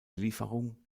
lieferung